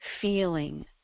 feeling